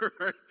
right